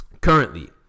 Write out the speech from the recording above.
currently